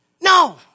No